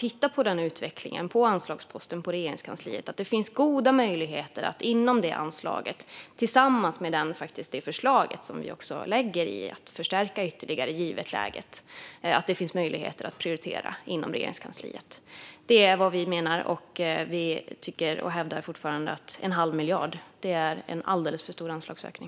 Tittar man på utvecklingen av anslaget till Regeringskansliet kan man se att det finns goda möjligheter - tillsammans med det förslag som vi också lägger fram om att förstärka ytterligare givet läget - att prioritera inom Regeringskansliet. Det är vad vi menar. Vi tycker och hävdar fortfarande att en halv miljard är en alldeles för stor anslagsökning.